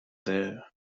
there